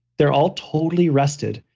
they're all totally rested.